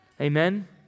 amen